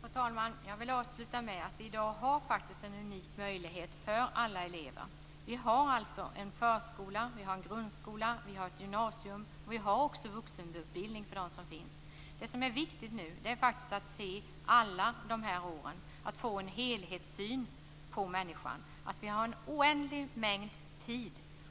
Fru talman! Jag vill avsluta med att säga att det i dag finns en unik möjlighet för alla elever. Det finns förskola, grundskola, gymnasium och vuxenutbildning. Det som är viktigt nu är se alla dessa stadier och få en helhetssyn på människan.